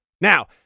Now